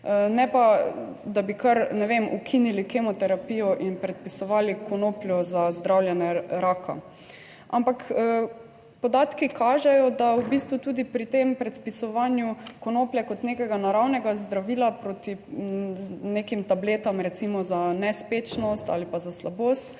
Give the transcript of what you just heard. ne pa, da bi kar, ne vem, ukinili kemoterapijo in predpisovali konopljo za zdravljenje raka, ampak podatki kažejo, da v bistvu tudi pri tem predpisovanju konoplje kot nekega naravnega zdravila proti nekim tabletam recimo za nespečnost ali pa za slabost,